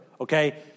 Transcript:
okay